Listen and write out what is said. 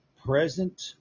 Present